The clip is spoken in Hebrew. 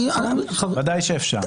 בוודאי שאפשר.